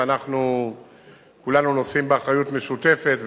וכולנו נושאים באחריות משותפת,